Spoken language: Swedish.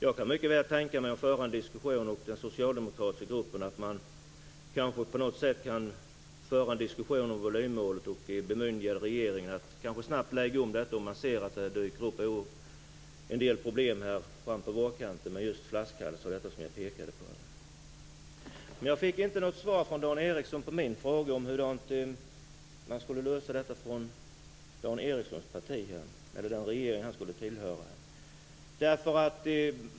Jag och den socialdemokratiska gruppen kan mycket väl tänka oss att föra en diskussion om volymmålet och ge regeringen ett bemyndigande att snabbt lägga om detta om det skulle dyka upp en del problem med flaskhalsar fram på vårkanten. Jag fick inte något svar från Dan Ericsson på min fråga om hur Dan Ericssons parti eller den regering han skulle tillhöra skulle lösa detta.